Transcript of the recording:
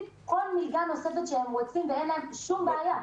כל מלגה נוספת שהם רוצים ואין להם שום בעיה.